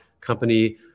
company